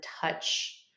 touch